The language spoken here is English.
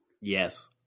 Yes